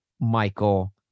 Michael